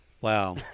Wow